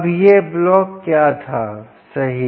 अब यह ब्लॉक क्या था सही